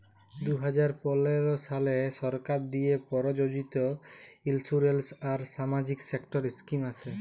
দু হাজার পলের সালে সরকার দিঁয়ে পরযোজিত ইলসুরেলস আর সামাজিক সেক্টর ইস্কিম আসে